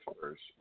first